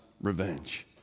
revenge